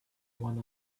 one